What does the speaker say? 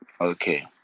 Okay